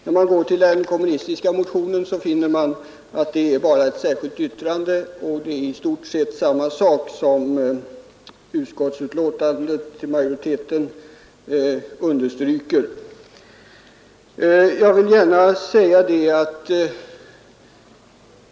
När det gäller den kommunistiska motionen har den endast föranlett ett särskilt yttrande till utskottets betänkande, och det går i stort sett ut på samma sak som utskottsmajoriteten understryker.